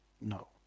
No